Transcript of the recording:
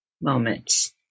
moments